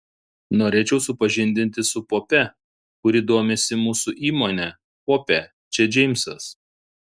norėčiau supažindinti su pope kuri domisi mūsų įmone pope čia džeimsas